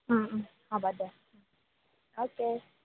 হ'ব দে অ'কে